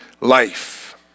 life